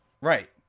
Right